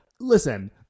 Listen